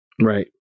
right